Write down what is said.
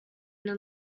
then